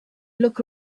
look